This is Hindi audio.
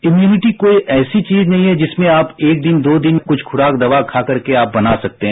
इम्युनिटी कोई ऐसी चीज नहीं है जिसमें आप एक दिन दो दिन कुछ खुराक दवा खा करके आप बना सकते हैं